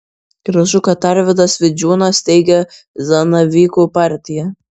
gražu kad arvydas vidžiūnas steigia zanavykų partiją